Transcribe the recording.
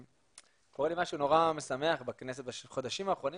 קורה לי משהו נורא משמח בחודשים האחרונים,